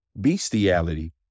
bestiality